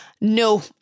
no